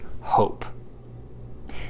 hope